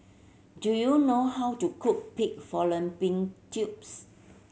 do you know how to cook pig fallopian tubes